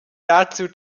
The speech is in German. dazu